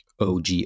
OG